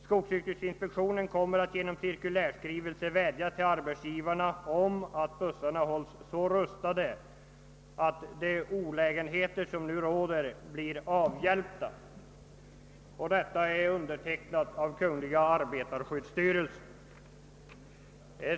Skogsyrkesinspektionen kommer att genom cirkulärskrivelse vädja till arbetsgivarna om att bussarna hålls så rustade att de olägenheter som nu råder bli avhjälpta.» Denna skrivelse är alltså avgiven av kungl. arbetarskyddsstyrelsen.